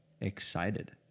excited